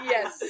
Yes